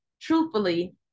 truthfully